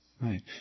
Right